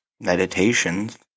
Meditations